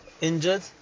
injured